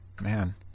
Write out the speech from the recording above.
man